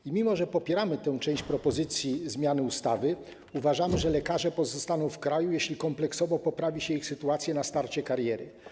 I mimo że popieramy tę część propozycji zmiany ustawy, uważamy, że lekarze pozostaną w kraju, jeśli kompleksowo poprawi się ich sytuację na starcie kariery.